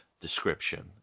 description